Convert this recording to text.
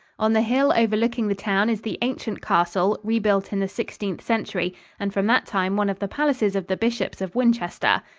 on the hill overlooking the town is the ancient castle, rebuilt in the sixteenth century and from that time one of the palaces of the bishops of winchester.